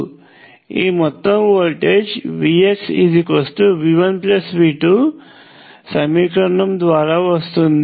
ఈ మొత్తం వోల్టేజ్ VxV1V2సమీకరణము ద్వారా వస్తుంది